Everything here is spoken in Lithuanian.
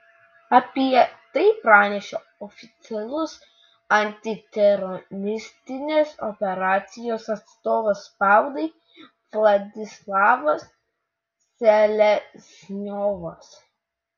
apie tai pranešė oficialus antiteroristinės operacijos atstovas spaudai vladislavas selezniovas